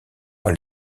par